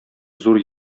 зур